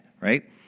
right